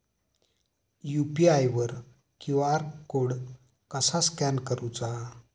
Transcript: UPI वर QR code कसा scan करूचा?